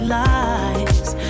lies